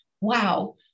wow